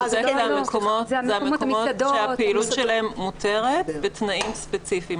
זה מקומות שהפעילות שלהם מותרת בתנאים ספציפיים.